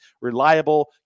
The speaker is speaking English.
reliable